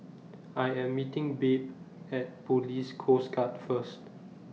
I Am meeting Babe At Police Coast Guard First